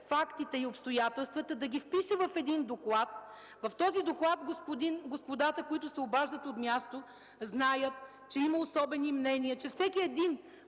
фактите и обстоятелствата, да ги впише в един доклад. Господата, които се обаждат от място, знаят, че има особени мнения, че позицията